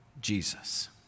Jesus